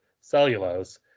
cellulose